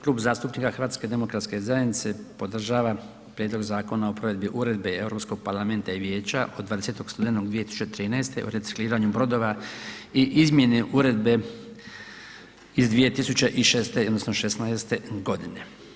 Klub zastupnika HDZ-a podržava Prijedlog zakona o provedbi Uredbe Europskog parlamenta i Vijeća od 20. studenog 2013. o recikliranju brodova i izmjeni Uredbe iz 2006. odnosno '16.-te godine.